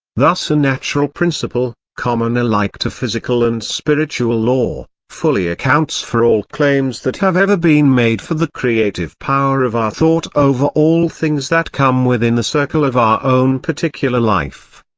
thus a natural principle, common alike to physical and spiritual law, fully accounts for all claims that have ever been made for the creative power of our thought over all things that come within the circle of our own particular life.